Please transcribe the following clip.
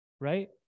right